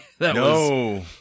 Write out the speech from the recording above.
No